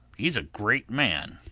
he's a great man.